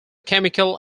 chemical